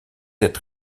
êtes